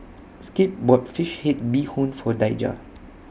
Skip bought Fish Head Bee Hoon For Daija